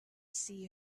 see